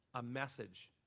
a message,